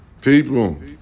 people